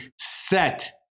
set